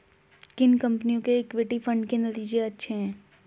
किन कंपनियों के इक्विटी फंड के नतीजे अच्छे हैं?